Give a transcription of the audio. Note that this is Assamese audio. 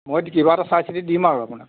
মই কিবা এটা চাই চিতি দিম আৰু আপোনাক